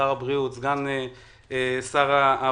עם שר הבריאות עם סגן שר הבריאות.